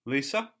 Lisa